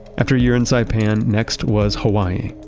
after a year in saipan next was hawaii,